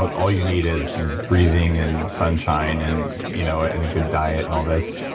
ah all you need is you know breathing, and sunshine, and you know and a good diet, and all this.